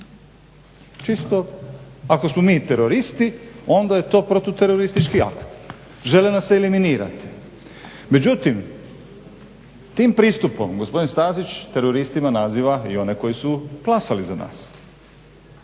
Čisto ako smo mi teroristi, onda je to protuteroristički akt, žele nas eliminirati. Međutim, tim pristupom gospodin Stazić teroristima naziva i one koje su glasali za nas.